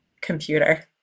computer